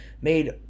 made